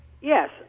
Yes